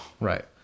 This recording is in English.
Right